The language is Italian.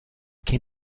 che